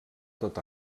tot